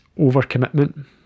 overcommitment